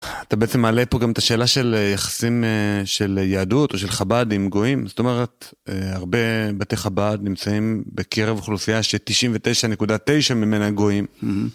אתה בעצם מעלה פה גם את השאלה של יחסים של יהדות או של חב"דים גויים, זאת אומרת, הרבה בתי חב"ד נמצאים בקרב אוכלוסייה ש-99.9 ממנה גויים.